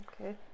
Okay